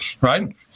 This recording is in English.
Right